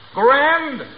grand